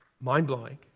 mind-blowing